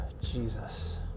Jesus